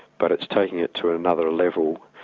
but it's taking it to another level.